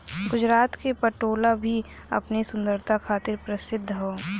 गुजरात क पटोला भी अपनी सुंदरता खातिर परसिद्ध हौ